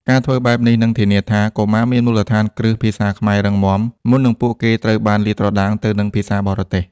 ការធ្វើបែបនេះនឹងធានាថា កុមារមានមូលដ្ឋានគ្រឹះភាសាខ្មែររឹងមាំ មុននឹងពួកគេត្រូវបានលាតត្រដាងទៅនឹងភាសាបរទេស។